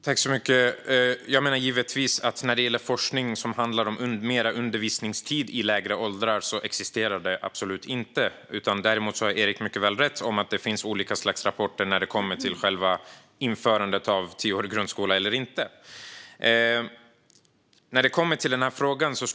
Fru talman! Givetvis! När det gäller forskning som handlar om mer undervisningstid i lägre åldrar existerar den absolut inte. Däremot har Erik rätt i att det finns olika rapporter när det kommer till själva införandet av tioårig grundskola eller inte.